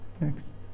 Next